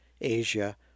Asia